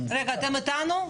אתם איתנו?